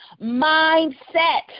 mindset